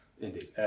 Indeed